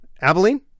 Abilene